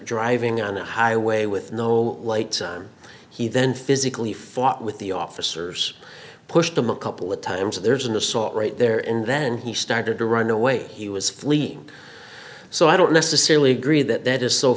driving on a highway with no lights on he then physically fought with the officers pushed him a couple of times there's an assault right there and then he started to run away he was fleet so i don't necessarily agree that that is so